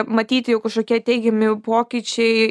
matyti jog kažkokie teigiami pokyčiai